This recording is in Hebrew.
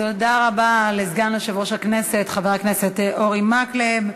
תודה רבה לסגן יושב-ראש הכנסת חבר הכנסת אורי מקלב.